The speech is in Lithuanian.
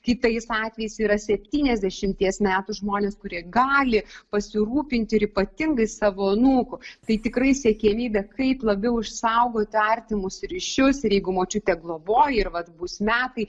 kitais atvejais yra septyniasdešimties metų žmonės kurie gali pasirūpinti ir ypatingai savo anūku tai tikrai siekiamybė kaip labiau išsaugoti artimus ryšius ir jeigu močiutė globoja ir vat bus metai